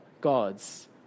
gods